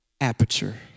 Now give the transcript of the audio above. aperture